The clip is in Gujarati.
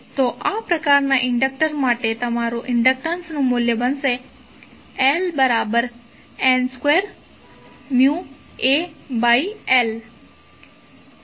તો આ પ્રકારનાં ઇન્ડક્ટર માટે તમારું ઇન્ડક્ટન્સ મૂલ્ય LN2μAl હશે